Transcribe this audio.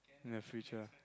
in the future